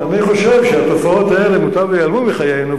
אני חושב שהתופעות האלה מוטב שייעלמו מחיינו,